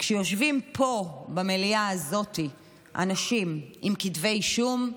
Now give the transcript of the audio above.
כשיושבים פה במליאה הזאת אנשים עם כתבי אישום,